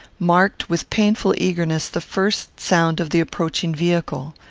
marked, with painful eagerness, the first sound of the approaching vehicle.